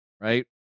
right